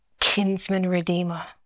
kinsman-redeemer